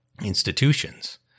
institutions